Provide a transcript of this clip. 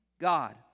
God